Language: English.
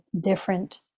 different